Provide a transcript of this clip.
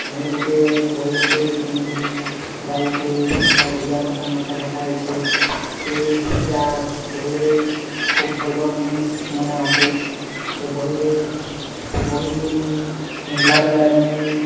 ମୁଇଁ ଗୁଟେ ବହି ଗୁଟେ କିଣିଥିନି ସେଟା ହଉଚେ ଆମର୍ ଓଡ଼ିଆ ଭାଷାନେ ଏକା ଲେଖା ହେଇଚେ ସେ ବହିଟା ବହିରେ ଖୋବ୍ ଭଲ୍ ଭଲ୍ ଜିନିଷ୍ମନେ ଅଛେ ସେ ବହିରେ ସେ ବହିକେ ମୁଇଁ ଘିନ୍ଲା ବେଲେ ମୁଇଁ